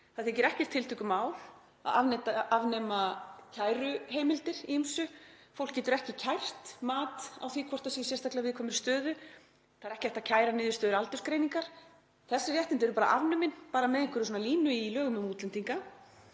Það þykir ekkert tiltökumál að afnema kæruheimildir í ýmsu. Fólk getur ekki kært mat á því hvort það sé í sérstaklega viðkvæmri stöðu. Það er ekki hægt að kæra niðurstöður aldursgreiningar. Þessi réttindi eru afnumin, bara með einhverri línu í lögum um útlendinga